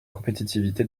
compétitivité